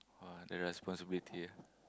!wah! the responsibility ah